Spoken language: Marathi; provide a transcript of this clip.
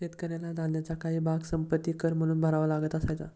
शेतकऱ्याला धान्याचा काही भाग संपत्ति कर म्हणून भरावा लागत असायचा